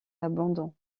abandon